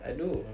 I do